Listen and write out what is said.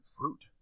fruit